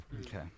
Okay